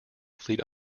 fleet